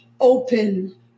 open